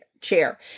chair